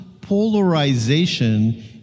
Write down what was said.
polarization